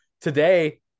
today